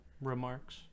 remarks